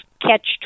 catch